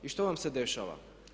I što vam se dešava?